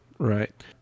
Right